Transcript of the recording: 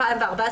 מאליו.